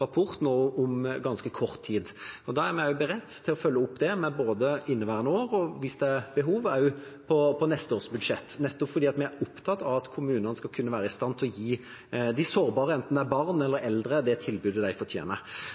rapport nå om ganske kort tid. Da er vi beredt til å følge opp på både inneværende års budsjett og, hvis det er behov, neste års budsjett, for vi er opptatt av at kommunene skal kunne være i stand til å gi de sårbare, enten det er barn eller eldre, det tilbudet de fortjener.